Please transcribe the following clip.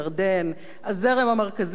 הזרם המרכזי בתנועת העבודה,